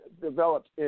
developed